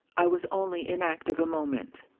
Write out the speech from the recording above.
i was only inactive a moment.